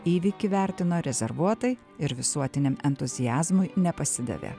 įvykį vertina rezervuotai ir visuotiniam entuziazmui nepasidavė